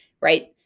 right